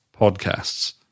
podcasts